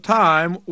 time